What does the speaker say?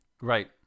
Right